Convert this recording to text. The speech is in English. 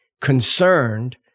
concerned